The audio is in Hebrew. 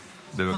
בבקשה.